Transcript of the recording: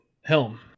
Helm